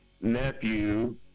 nephew